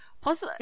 Plus